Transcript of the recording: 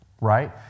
Right